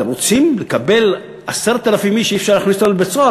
אתם רוצים לקבל 10,000 איש שאי-אפשר להכניס אותם לבית-סוהר,